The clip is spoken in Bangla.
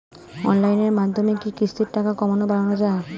অনলাইনের মাধ্যমে কি কিস্তির টাকা কমানো বাড়ানো যায়?